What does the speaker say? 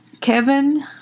Kevin